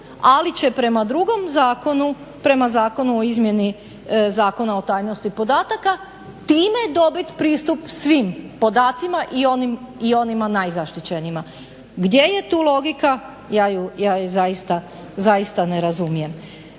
ali će prema drugom zakonu, prema Zakonu o izmjeni Zakona o tajnosti podataka time dobit pristup svim podacima i onima najzaštićenijima. Gdje je tu logika, ja je zaista ne razumijem.